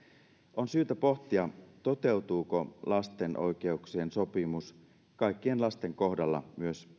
on syytä pohtia toteutuuko lasten oikeuksien sopimus kaikkien lasten kohdalla myös